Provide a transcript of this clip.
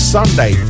Sunday